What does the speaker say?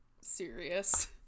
serious